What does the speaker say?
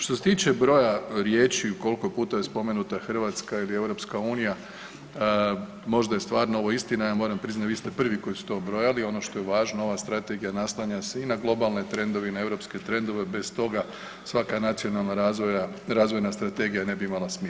Što se tiče broja riječi koliko puta je spomenuta Hrvatska ili EU, možda je stvarno ovo istina, ja moram priznati vi ste prvi koji su to brojali, ono što je važno ova strategija naslanja se i na globalne trendove i na europske trendove bez toga svaka nacionalna razvojna strategija ne bi imala smisla.